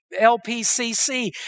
LPCC